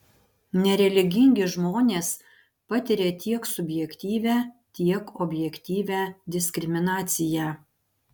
nereligingi žmonės patiria tiek subjektyvią tiek objektyvią diskriminaciją